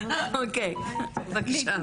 אוקיי, בבקשה.